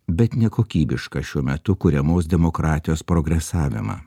bet nekokybišką šiuo metu kuriamos demokratijos progresavimą